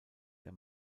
der